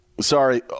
sorry